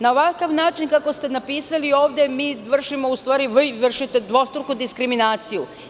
Na ovakav način kako ste ovde napisali, mi vršimo, u stvari vi vršite dvostruku diskriminaciju.